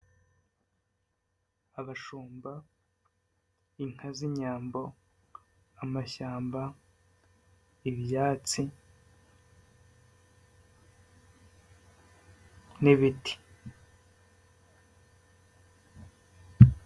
Abashumba, inka z'inyambo, amashyamba, ibyatsi n'ibiti.